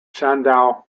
shandong